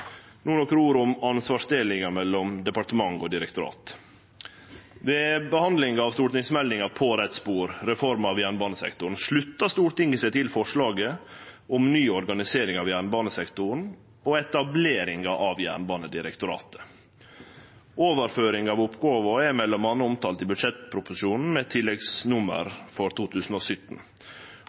No nokre ord om ansvarsdelinga mellom departement og direktorat. Ved behandlinga av stortingsmeldinga På rett spor – Reform av jernbanesektoren slutta Stortinget seg til forslaget om ny organisering av jernbanesektoren og etableringa av Jernbanedirektoratet. Overføringa av oppgåver er m.a. omtalt i budsjettproposisjonen med tilleggsnummer for 2017,